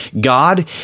God